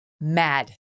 mad